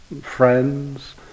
friends